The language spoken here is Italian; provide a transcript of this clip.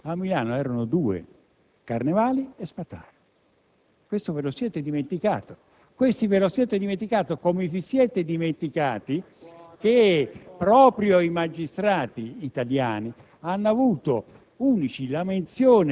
benissimo chi è Armando Spataro. Forse molti dimenticano che è quel magistrato che si è impegnato, a rischio della propria vita, ed erano pochissimi quelli che lo facevano, nella lotta al terrorismo.